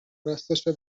راستشو